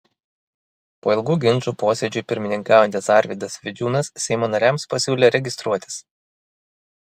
po ilgų ginčų posėdžiui pirmininkaujantis arvydas vidžiūnas seimo nariams pasiūlė registruotis